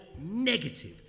negative